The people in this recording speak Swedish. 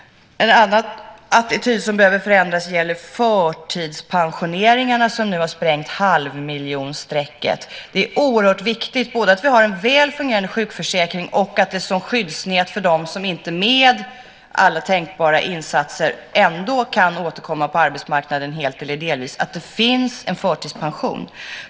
En annan attityd som behöver förändras gäller förtidspensioneringarna, som nu har sprängt halvmiljonstrecket. Det är oerhört viktigt, både att vi har en väl fungerande sjukförsäkring och att det som skyddsnät för dem som trots alla tänkbara insatser inte kan återkomma på arbetsmarknaden helt eller delvis finns en förtidspension.